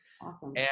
Awesome